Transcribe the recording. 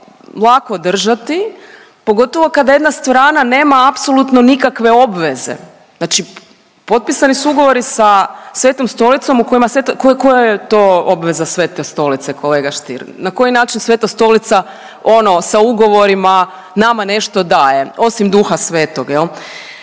lako držati, pogotovo kada jedna strana nema apsolutno nikakve obveze. Znači potpisani su ugovori sa Svetom Stolicom u kojima, koja koja je to obveza Svete Stolice kolega Stier, na koji način Sveta Stolica ono sa ugovorima nama nešto daje osim duha svetoga.